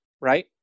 Right